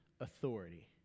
authority